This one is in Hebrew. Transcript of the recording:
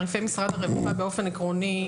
באופן עקרוני,